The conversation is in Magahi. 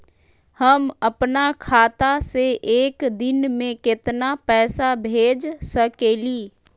हम अपना खाता से एक दिन में केतना पैसा भेज सकेली?